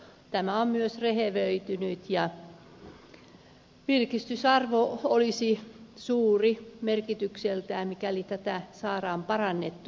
tämä on myös rehevöitynyt ja virkistysarvo olisi suuri merkitykseltään mikäli tätä saataisiin parannettua